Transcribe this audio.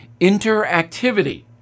interactivity